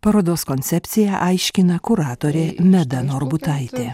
parodos koncepciją aiškina kuratorė meda norbutaitė